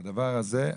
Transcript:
שהדבר הזה,